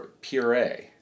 Puree